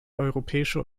europäische